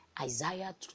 Isaiah